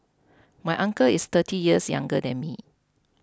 my uncle is thirty years younger than me